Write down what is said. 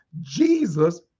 Jesus